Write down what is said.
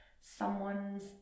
someone's